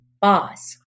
boss